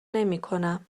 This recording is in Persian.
نمیکنم